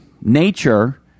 nature